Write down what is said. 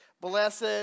Blessed